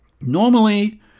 Normally